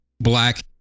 black